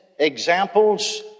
examples